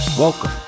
Welcome